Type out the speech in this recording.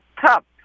top